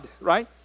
right